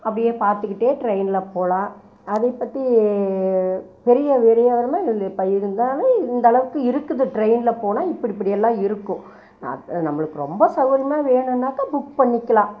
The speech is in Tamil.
அப்படியே பார்த்துக்கிட்டே ட்ரெயினில் போகலாம் அதை பற்றி பெரிய இப்போ இருந்தாலும் இந்தளவுக்கு இருக்குது ட்ரெயினில் போனால் இப்படி இப்படி எல்லாம் இருக்கும் அதுதான் நம்மளுக்கு ரொம்ப சௌரியமாக வேணுன்னாக்கா புக் பண்ணிக்கலாம்